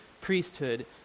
priesthood